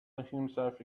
himself